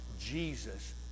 Jesus